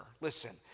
Listen